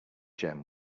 gem